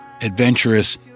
adventurous